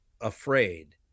afraid